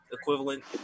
equivalent